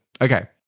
okay